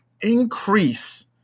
increase